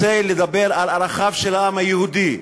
רוצה לדבר על ערכיו של העם היהודי,